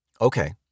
Okay